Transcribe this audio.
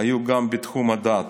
דגל היו גם בתחום הדת.